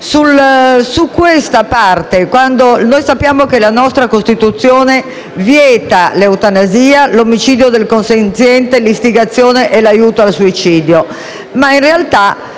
a questo riguardo noi sappiamo che la nostra Costituzione vieta l'eutanasia, l'omicidio del consenziente, l'istigazione e l'aiuto al suicidio, ma in realtà